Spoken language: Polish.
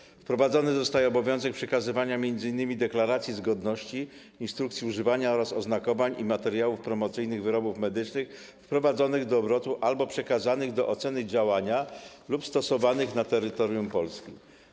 Zostaje wprowadzony obowiązek przekazywania m.in. deklaracji zgodności, instrukcji używania, oznakowań i materiałów promocyjnych wyrobów medycznych wprowadzonych do obrotu, przekazanych do oceny działania lub stosowanych na terytorium Polski.